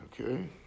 Okay